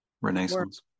Renaissance